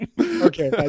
Okay